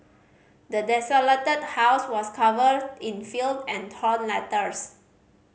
the desolated house was covered in filth and torn letters